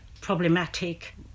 problematic